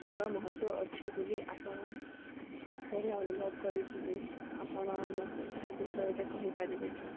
କିମ୍ବା ମହତ୍ତ୍ଵ ଅଛି ବୋଲି ଆପଣ ପରେ ଅନୁଭବ କରିଥିଲେ ଆପଣ ମତେ ଏହା ବିଷୟରେ କହିପାରିବେ କି